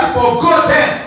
forgotten